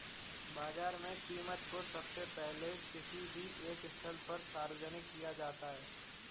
बाजार में कीमत को सबसे पहले किसी भी एक स्थल पर सार्वजनिक किया जाता है